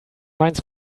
mainz